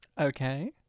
Okay